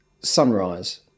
Sunrise